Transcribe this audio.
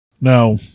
Now